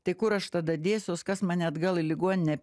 tai kur aš tada dėsiuos kas mane atgal į ligoninę